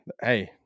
Hey